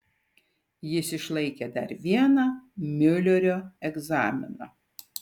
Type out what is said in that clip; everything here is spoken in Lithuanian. jis išlaikė dar vieną miulerio egzaminą